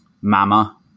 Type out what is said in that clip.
Mama